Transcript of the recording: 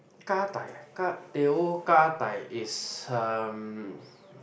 gah-dai ah gah teh O gah-dai is um